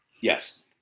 yes